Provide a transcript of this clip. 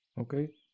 okay